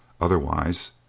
Otherwise